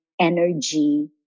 energy